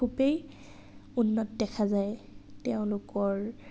খুবেই উন্নত দেখা যায় তেওঁলোকৰ